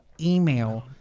email